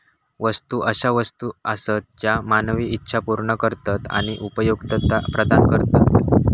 वस्तू अशा वस्तू आसत ज्या मानवी इच्छा पूर्ण करतत आणि उपयुक्तता प्रदान करतत